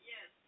Yes